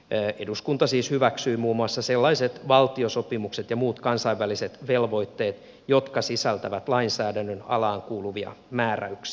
eduskunta siis hyväksyy muun muassa sellaiset valtiosopimukset ja muut kansainväliset velvoitteet jotka sisältävät lainsäädännön alaan kuuluvia määräyksiä